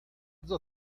the